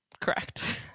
Correct